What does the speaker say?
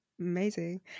Amazing